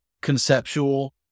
conceptual